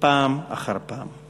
פעם אחר פעם.